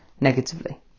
negatively